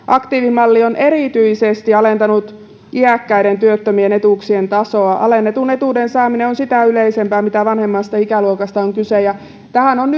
aktiivimalli on erityisesti alentanut iäkkäiden työttömien etuuksien tasoa alennetun etuuden saaminen on sitä yleisempää mitä vanhemmasta ikäluokasta on kyse tähän on